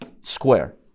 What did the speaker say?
square